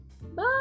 Bye